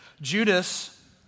Judas